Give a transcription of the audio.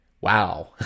Wow